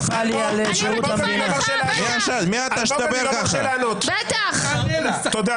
הצבעה לא אושרה נפל.